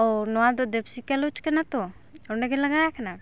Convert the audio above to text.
ᱚᱻ ᱱᱚᱣᱟ ᱫᱚ ᱫᱮᱵᱥᱤᱠᱟ ᱞᱚᱡᱽ ᱠᱟᱱᱟ ᱛᱚ ᱚᱸᱰᱮ ᱜᱮ ᱞᱟᱜᱟᱣ ᱠᱟᱱᱟ